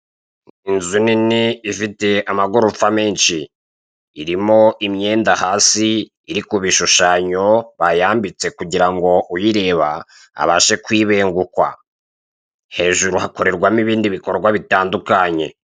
Inzu Nini ifite amagorofa menshi irimo imyenda hasi iri ku bishushamo bayambitse kugira ngo uyireba abashe kuyibengukwa, hejuru hakorerwamo ibindi bikorwa bitandukanye.